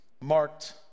marked